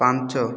ପାଞ୍ଚ